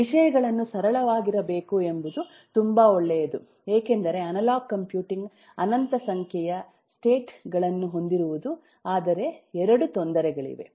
ವಿಷಯಗಳನ್ನು ಸರಳವಾಗಿರಬೇಕು ಎಂಬುದು ತುಂಬಾ ಒಳ್ಳೆಯದು ಏಕೆಂದರೆ ಅನಲಾಗ್ ಕಂಪ್ಯೂಟಿಂಗ್ ಅನಂತ ಸಂಖ್ಯೆಯ ಸ್ಟೇಟ್ ಗಳನ್ನು ಹೊಂದಿರುವುದು ಆದರೆ ಎರಡು ತೊಂದರೆಗಳಿವೆ